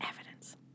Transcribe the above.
Evidence